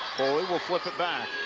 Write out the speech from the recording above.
foley will flip it back.